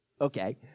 Okay